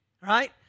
Right